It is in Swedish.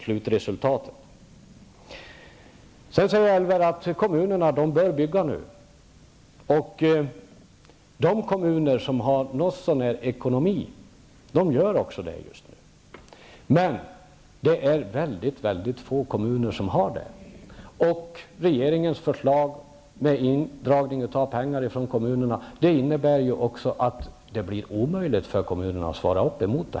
Elver Jonsson säger att kommunerna nu bör bygga. De kommuner som har ekonomiska möjligheter gör det också. Men det är väldigt få kommuner som har råd. Regeringens förslag med indragningar av pengar från kommunerna innebär att det blir omöjligt för kommunerna.